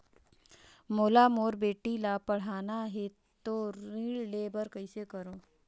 मोला मोर बेटी ला पढ़ाना है तो ऋण ले बर कइसे करो